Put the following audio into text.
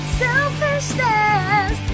selfishness